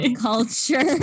culture